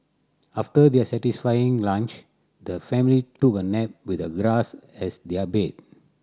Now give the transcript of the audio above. after their satisfying lunch the family took a nap with the grass as their bed